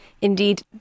Indeed